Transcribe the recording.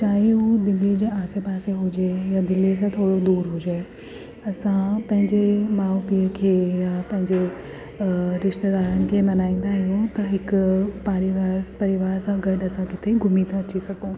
चाहे हू दिल्ली जे आसे पासे हुजे या दिल्लीअ सां थोरो दूरि हुजे असां पंहिंजे माउ पीउ खे या पंहिंजे अ रिश्तेदारनि खे मल्हाईंदा आहियूं त हिकु पारिवार परिवार सां गॾु असां किथे घुमी था अची सघूं